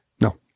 No